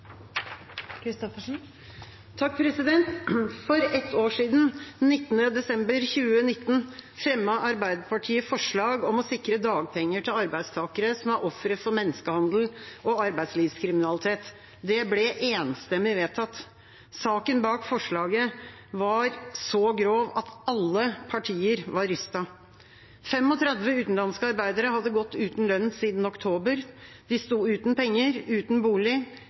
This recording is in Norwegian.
For et år siden, 19. desember 2019, fremmet Arbeiderpartiet et forslag om å sikre dagpenger til arbeidstakere som er ofre for menneskehandel og arbeidslivskriminalitet. Det ble enstemmig vedtatt. Saken bak forslaget var så grov at alle partier var rystet: 35 utenlandske arbeidere hadde gått uten lønn siden oktober. De sto uten penger, uten bolig,